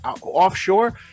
offshore